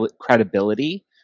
credibility